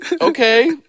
Okay